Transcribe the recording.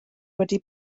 wedi